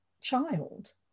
child